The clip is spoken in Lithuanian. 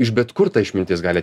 iš bet kur ta išmintis gali